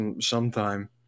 sometime